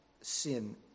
sin